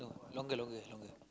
longer longer longer